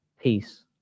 peace